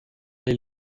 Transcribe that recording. les